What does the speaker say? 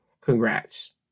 Congrats